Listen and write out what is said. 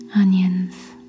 onions